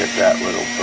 that little